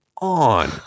on